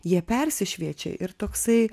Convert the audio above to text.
jie persišviečia ir toksai